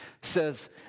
says